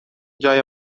جای